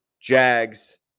Jags